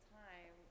time